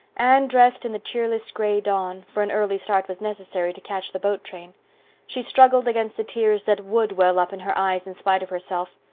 anne dressed in the cheerless gray dawn, for an early start was necessary to catch the boat train she struggled against the tears that would well up in her eyes in spite of herself.